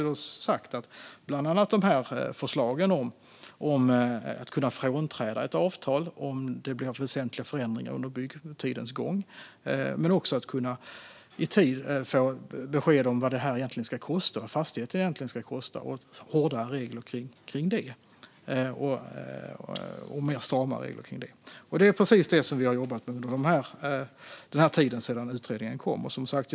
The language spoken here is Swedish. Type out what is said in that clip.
Det gäller förslag om att kunna frånträda ett avtal om det blir väsentliga förändringar under byggtidens gång och att man i tid ska få besked om vad fastigheten egentligen ska kosta. Reglerna behöver stramas upp, och det har vi jobbat med sedan utredningen kom.